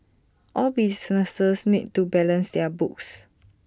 all businesses need to balance their books